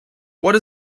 what